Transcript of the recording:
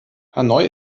hanoi